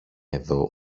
εδώ